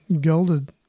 gilded